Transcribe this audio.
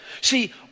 See